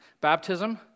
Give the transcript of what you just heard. Baptism